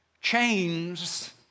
Chains